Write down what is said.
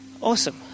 awesome